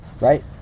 Right